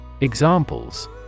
Examples